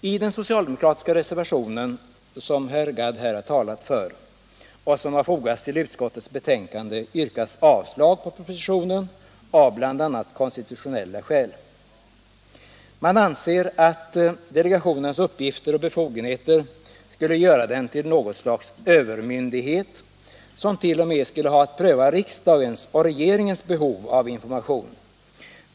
I den socialdemokratiska reservation som herr Gadd här har talat för yrkas avslag på propositionen av bl.a. konstitutionella skäl. Man anser att delegationens uppgifter och befogenheter skulle göra den till något slags ”övermyndighet”, som t.o.m. skulle ha att pröva riksdagens och regeringens behov av information.